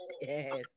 Yes